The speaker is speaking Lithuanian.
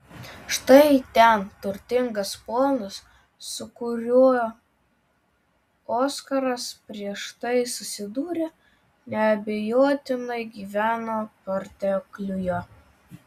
štai ten turtingas ponas su kuriuo oskaras prieš tai susidūrė neabejotinai gyveno pertekliuje